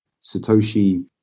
satoshi